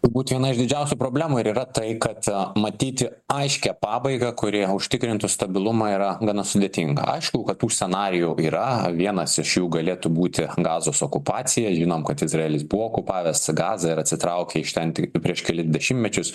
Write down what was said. galbūt viena iš didžiausių problemų ir yra tai kad matyti aiškią pabaigą kuri užtikrintų stabilumą yra gana sudėtinga aišku kad tų scenarijų yra vienas iš jų galėtų būti gazos okupacija žinom kad izraelis buvo okupavęs gazą ir atsitraukė iš ten tik prieš kelis dešimtmečius